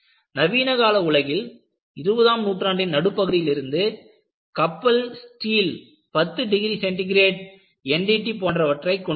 நவீன கால உலகில் 20ம் நூற்றாண்டின் நடுப்பகுதியிலிருந்து கப்பல் ஸ்டீல் 10 டிகிரி சென்டிகிரேட் NDT போன்றவற்றை கொண்டுள்ளது